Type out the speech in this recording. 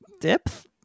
depth